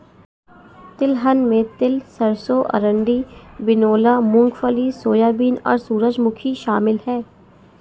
तिलहन में तिल सरसों अरंडी बिनौला मूँगफली सोयाबीन और सूरजमुखी शामिल है